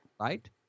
Right